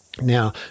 Now